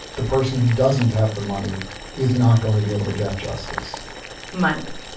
the person who doesn't have the money is not going to be able to get justice money.